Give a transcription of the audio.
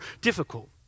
difficult